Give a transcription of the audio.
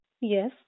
Yes